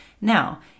Now